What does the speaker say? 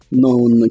known